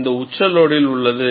இது உச்ச லோடில் உள்ளது